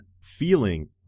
feeling